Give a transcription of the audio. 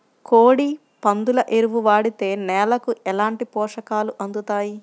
కోడి, పందుల ఎరువు వాడితే నేలకు ఎలాంటి పోషకాలు అందుతాయి